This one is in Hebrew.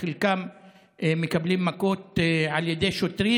חלקם מקבלים מכות על ידי שוטרים.